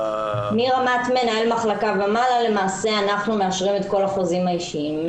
מרמת מנהל מחלקה ומעלה למעשה אנחנו מאשרים את כל החוזים האישיים.